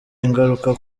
ingaruka